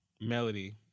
Melody